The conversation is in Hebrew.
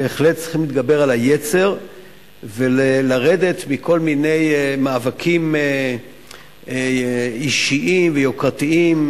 בהחלט צריכים להתגבר על היצר ולרדת מכל מיני מאבקים אישיים ויוקרתיים,